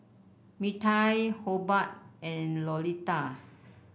Mirtie Hobart and Lolita